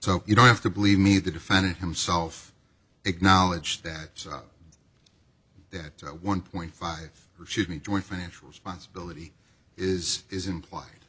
so you don't have to believe me the defendant himself acknowledged that so that one point five refused me joint financial responsibility is is implied